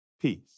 peace